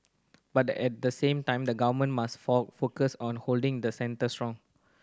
but at the same time the Government must for focus on holding the centre strong